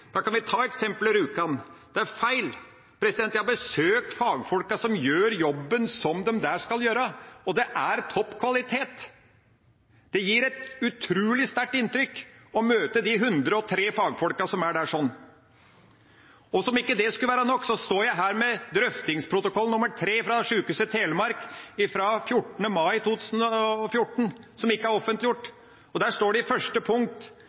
Da kan vi ta eksempelet Rjukan. Det er feil, jeg har besøkt fagfolkene som gjør jobben som skal gjøres der, og det er topp kvalitet. Det gir et utrolig sterkt inntrykk å møte de 103 fagfolkene som er der. Og hvis ikke det skulle være nok, står jeg her med drøftingsprotokoll nr. 3 fra Sykehuset Telemark fra 14. mai 2014, som ikke er offentliggjort. Der står det i første punkt